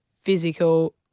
physical